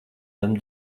tam